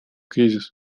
кризис